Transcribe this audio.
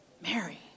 Mary